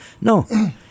No